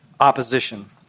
opposition